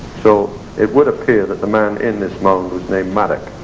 so it would appear that the man in this mound was named madoc.